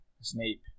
Snape